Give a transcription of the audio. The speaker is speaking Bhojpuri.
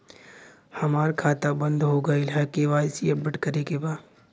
हमार खाता बंद हो गईल ह के.वाइ.सी अपडेट करे के बा?